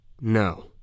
No